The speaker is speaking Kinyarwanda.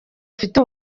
afite